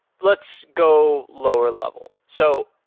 let's go lower level. so